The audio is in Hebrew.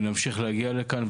ואנחנו נמשיך להגיע לכאן,